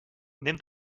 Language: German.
nimm